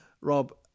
Rob